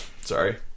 Sorry